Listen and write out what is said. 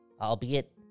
albeit